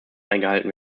eingehalten